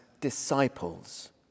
disciples